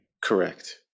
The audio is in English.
Correct